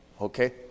Okay